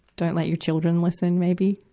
don't let your children listen, maybe.